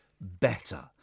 better